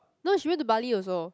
no she went to Bali also